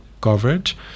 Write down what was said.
coverage